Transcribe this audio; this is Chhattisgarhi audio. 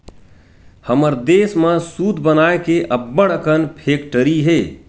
हमर देस म सूत बनाए के अब्बड़ अकन फेकटरी हे